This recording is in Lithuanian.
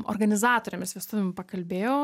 organizatorėmis vestuvių pakalbėjau